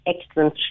excellent